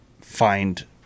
find